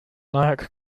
nyack